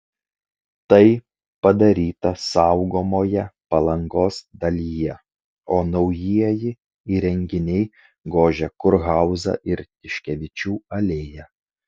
tai padaryta saugomoje palangos dalyje o naujieji įrenginiai gožia kurhauzą ir tiškevičių alėją